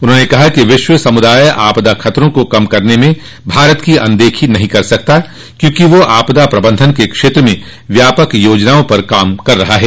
उन्होंने कहा कि विश्व समुदाय आपदा खतरों को कम करने में भारत की अनदेखी नहीं कर सकता क्योंकि वह आपदा प्रबंधन के क्षेत्र में व्यापक योजनाओं पर काम कर रहा है